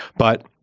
but